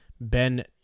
Ben